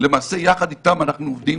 למעשה יחד איתם אנחנו עובדים,